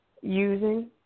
using